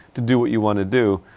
to do what you want to do.